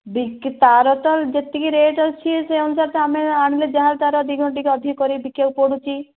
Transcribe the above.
ବିକ୍ରି ତାର ତ ଯେତିକି ରେଟ୍ ଅଛି ସେଇ ଅନୁସାରେ ତ ଆମେ ଆଣିଲେ ଯାର ତାର ଦୁଇ ଗୁଣ ଟିକେ ଅଧିକ କରିକି ବିକିବାକୁ ପଡ଼ୁଛି